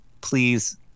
Please